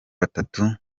batatu